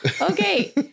Okay